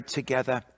together